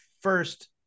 First